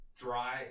dry